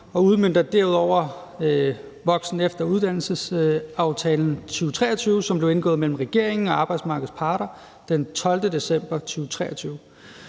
og udmønter derudover voksen-, efter- og videreuddannelsesaftalen 2023, som blev indgået mellem regeringen og arbejdsmarkedets parter den 12. september 2023.